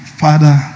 father